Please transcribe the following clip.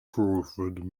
crawford